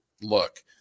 look